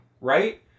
right